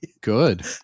good